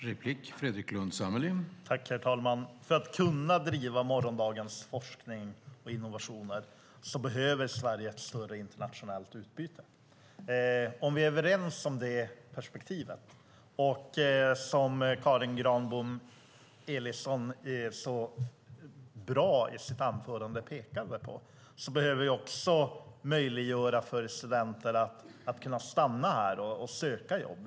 Herr talman! För att kunna driva morgondagens forskning och innovationer behöver Sverige ett större internationellt utbyte. Om vi är överens om det perspektivet, vilket Karin Granbom Ellison så bra pekade på i sitt anförande, behöver vi också möjliggöra för studenter att kunna stanna här och söka jobb.